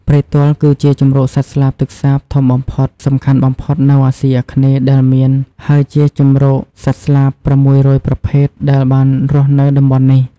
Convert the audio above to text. ព្រែកទាល់ គឺជាជម្រកសត្វស្លាបទឹកសាបធំបំផុតងសំខាន់បំផុតនៅអាស៊ីអាគ្នេយ៍ដែលមាន ហើយជាជម្រកសត្វស្លាប៦០០ប្រភេទដែលបានរស់នៅតំបន់នេះ។